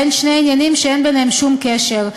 בין שני עניינים שאין ביניהם שום קשר.